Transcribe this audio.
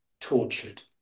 tortured